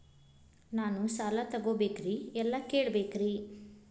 ನಾನು ಸಾಲ ತೊಗೋಬೇಕ್ರಿ ಎಲ್ಲ ಕೇಳಬೇಕ್ರಿ?